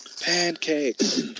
Pancakes